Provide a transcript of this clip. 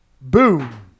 Boom